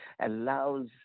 allows